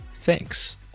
Thanks